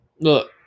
look